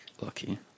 Lucky